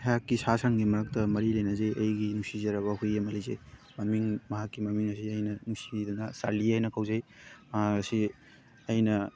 ꯑꯩꯍꯥꯛꯀꯤ ꯁꯥ ꯁꯟꯒꯤ ꯃꯔꯛꯇ ꯃꯔꯤ ꯂꯩꯅꯖꯩ ꯑꯩꯒꯤ ꯅꯨꯡꯁꯤꯖꯔꯕ ꯍꯧꯏ ꯑꯃ ꯂꯩꯖꯩ ꯃꯃꯤꯡ ꯃꯍꯥꯛꯀꯤ ꯃꯃꯤꯡ ꯑꯁꯤ ꯑꯩꯅ ꯅꯨꯡꯁꯤꯗꯨꯅ ꯆꯥꯔꯂꯤ ꯍꯥꯏꯅ ꯀꯧꯖꯩ ꯃꯍꯥꯛ ꯑꯁꯤ ꯑꯩꯅ